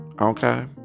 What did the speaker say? Okay